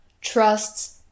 Trusts